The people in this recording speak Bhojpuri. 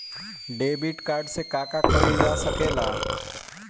डेबिट कार्ड से का का कइल जा सके ला?